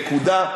נקודה.